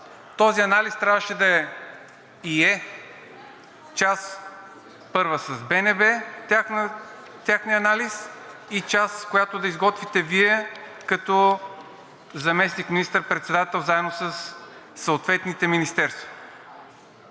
Този анализ трябваше да е и е част първа с БНБ – техният анализ, и част, която да изготвите Вие като заместник министър-председател заедно със съответните министерства.